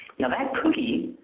now that cookie,